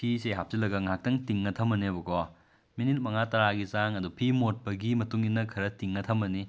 ꯐꯤꯁꯦ ꯍꯥꯞꯆꯤꯟꯂꯒ ꯉꯥꯏꯍꯥꯛꯇꯪ ꯇꯤꯡꯉꯒ ꯊꯝꯃꯅꯦꯕꯀꯣ ꯃꯤꯅꯤꯠ ꯃꯉꯥ ꯇꯔꯥꯒꯤ ꯆꯥꯡ ꯑꯗꯣ ꯐꯤ ꯃꯣꯠꯄꯒꯤ ꯃꯇꯨꯡ ꯏꯟꯅ ꯈꯔ ꯇꯤꯡꯉꯒ ꯊꯝꯃꯅꯤ